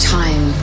time